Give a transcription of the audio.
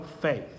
faith